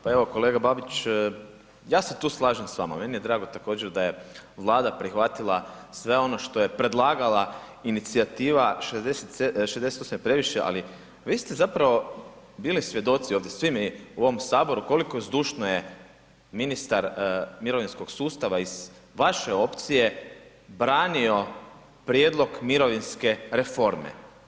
Pa evo kolega Babić, ja se tu slažem s vama, meni je drago također da je Vlada prihvatila sve ono što je predlagala inicijativa „67 je previše“ ali vi ste zapravo bili svjedoci ovdje, svi mi u ovom Saboru koliko zdušno je ministar mirovinskog sustava iz vaše opcije branio prijedlog mirovinske reforme.